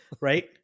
right